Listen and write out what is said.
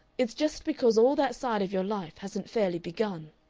it's just because all that side of your life hasn't fairly begun.